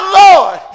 lord